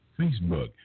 Facebook